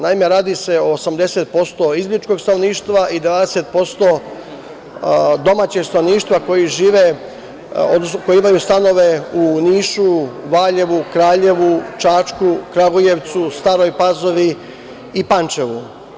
Naime, radi se o 80% izbegličkog stanovništva i 20% domaćeg stanovništva koji žive, odnosno koji imaju stanove u Nišu, Valjevu, Kraljevu, Čačku, Kragujevcu, Staroj Pazovi i Pančevu.